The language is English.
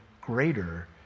greater